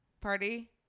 party